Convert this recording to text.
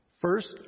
First